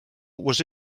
was